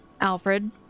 Alfred